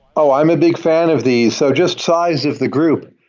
oh, i'm a big fan of these. so just size of the group.